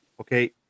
Okay